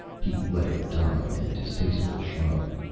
he let it die in a distasteful shrug.